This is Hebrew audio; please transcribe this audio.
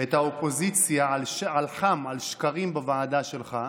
את האופוזיציה על חם על שקרים בוועדה שלך,